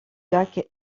lac